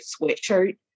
sweatshirt